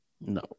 No